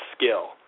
skill